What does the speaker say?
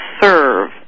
serve